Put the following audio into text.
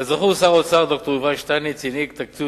כזכור, שר האוצר ד"ר יובל שטייניץ הנהיג תקציב